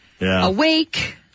awake